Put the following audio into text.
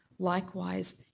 Likewise